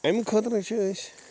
اَمہٕ خٲطرٕ چھِ أسۍ